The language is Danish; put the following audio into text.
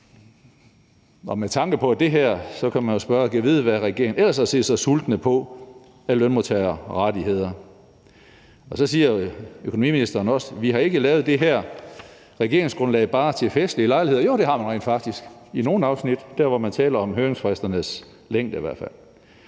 Med tanke på det her kan man jo spørge: Gad vide, hvad regeringen ellers har set sig sultne på af lønmodtagerrettigheder. Så siger økonomiministeren også: »Vi har ikke lavet det her regeringsgrundlag bare til festlige lejligheder.« Jo, det har man rent faktisk – i nogle afsnit, i hvert fald der, hvor man taler om høringsfristernes længde. Forhåbentlig